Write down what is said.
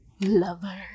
Lover